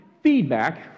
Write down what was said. feedback